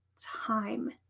time